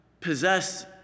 possess